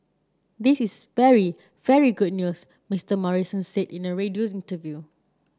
this is very very good news Mister Morrison said in a radio interview